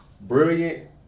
Brilliant